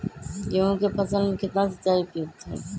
गेंहू के फसल में केतना सिंचाई उपयुक्त हाइ?